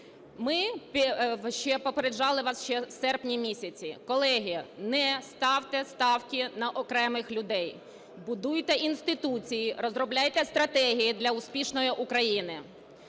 Ми попереджали вас ще в серпні місяці, колеги, не ставте ставки на окремих людей, будуйте інституції, розробляйте стратегії для успішної України.